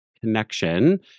connection